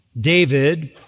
David